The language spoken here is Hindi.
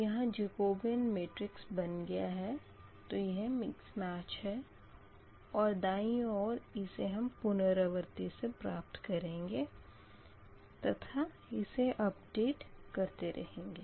यहाँ जकोबीयन मेट्रिक्स बन गया है तो यह मिक्स मेच है और दायीं ओर इससे हम पुनरावर्ती से प्राप्त करेंगे तथा इसे अपडेट करते रहेंगे